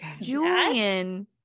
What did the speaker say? Julian